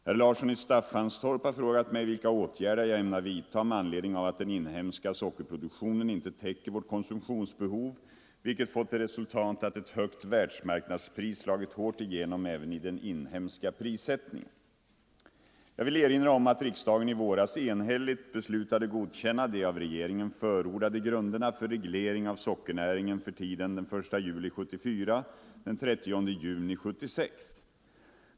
Herr Larsson i Staffanstorp har frågat mig vilka åtgärder jag ämnar vidtaga med anledning av att den inhemska sockerproduktionen inte täcker vårt konsumtionsbehov, vilket fått till resultat att ett högt världs marknadspris slagit hårt igenom även i den inhemska prissättningen. Jag vill erinra om att riksdagen i våras enhälligt beslutade godkänna de av regeringen förordade grunderna för reglering av sockernäringen för tiden den 1 juli 1974-den 30 juni 1976.